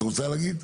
את רוצה להגיד?